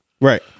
Right